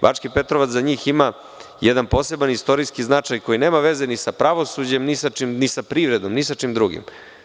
Bački Petrovac za njih ima jedan poseban istorijski značaj koji nema veze ni sa pravosuđem, ni sa čim, ni sa privredom, ni sa čim drugim.